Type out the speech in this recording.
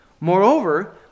Moreover